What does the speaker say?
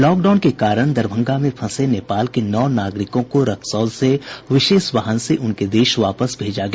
lockdown के कारण दरभंगा में फंसे नेपाल के नौ नागरिकों को रक्सौल से विशेष वाहन से उनके देश वापस भेजा गया